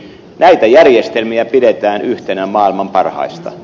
tätä järjestelmää pidetään yhtenä maailman parhaista